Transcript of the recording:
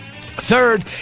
Third